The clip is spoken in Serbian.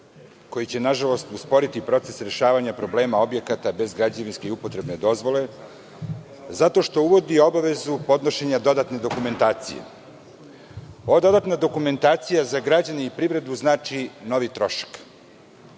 koji će nažalost usporiti proces rešavanja problema objekata bez građevinske i upotrebne dozvole zato što uvodi obavezu podnošenja dodatne dokumentacije. Ova dodatna dokumentacija za građane i privredu znači novi trošak. Zakon